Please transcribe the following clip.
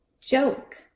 joke